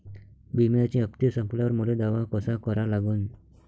बिम्याचे हप्ते संपल्यावर मले दावा कसा करा लागन?